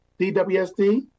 DWSD